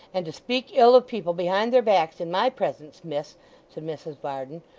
and to speak ill of people behind their backs in my presence, miss said mrs varden,